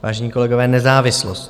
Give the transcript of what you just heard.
Vážení kolegové, nezávislost.